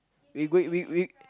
we going we we